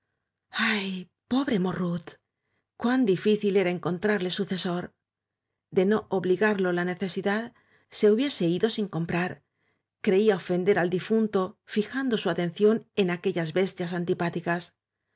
ay pobre morrut cuán difícil era encontrarle sucesor de no obligarlo la necesidad se hubiera ido sin comprar creía ofender al difunto fijando su atención en aque llas bestias antipáticas